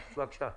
בבקשה.